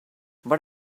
but